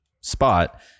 spot